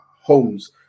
homes